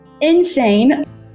insane